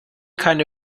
keine